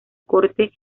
corte